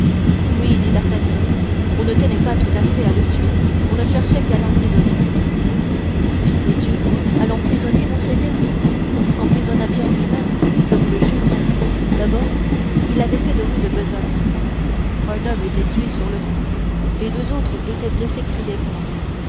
oui dit d'artagnan on ne tenait pas tout à fait à le tuer on ne cherchait qu'à l'emprisonner juste dieu à l'emprisonner monseigneur il s'emprisonna bien lui-même je vous le jure d'abord il avait fait de rude besogne un homme était tué sur le coup et deux autres étaient blessés grièvement